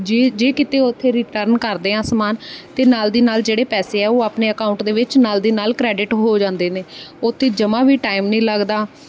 ਜੇ ਜੇ ਕਿਤੇ ਉੱਥੇ ਰਿਟਰਨ ਕਰਦੇ ਹਾਂ ਸਮਾਨ ਅਤੇ ਨਾਲ ਦੀ ਨਾਲ ਜਿਹੜੇ ਪੈਸੇ ਆ ਉਹ ਆਪਣੇ ਅਕਾਊਂਟ ਦੇ ਵਿੱਚ ਨਾਲ ਦੀ ਨਾਲ ਕ੍ਰੈਡਿਟ ਹੋ ਜਾਂਦੇ ਨੇ ਉੱਥੇ ਜਮਾਂ ਵੀ ਟਾਈਮ ਨਹੀਂ ਲੱਗਦਾ